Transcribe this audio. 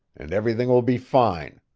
and everything will be fine.